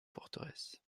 forteresse